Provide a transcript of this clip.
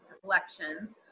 collections